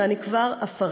ואני כבר אפרט: